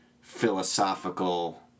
philosophical